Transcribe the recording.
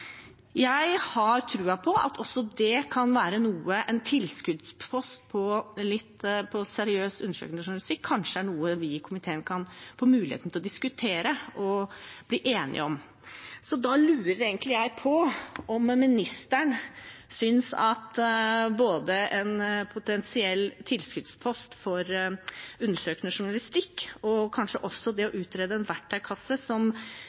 Jeg har tro på at kanskje også en tilskuddspost for seriøs, undersøkende journalistikk er noe vi i komiteen kan få mulighet til å diskutere og bli enige om. Da lurer jeg på om statsråden synes at en potensiell tilskuddspost for undersøkende journalistikk og kanskje også det å utrede en verktøykasse som